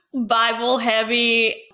Bible-heavy